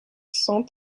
cent